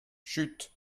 chut